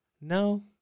No